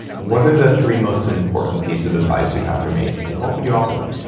what are the three most important piece of advice you'd have for me? what would you offer them?